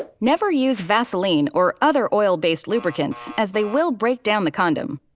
ah never use vaseline or other oil based lubricants as they will break down the condom.